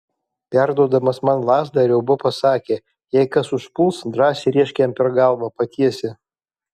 perduodamas man lazdą riauba pasakė jei kas užpuls drąsiai rėžk jam per galvą patiesi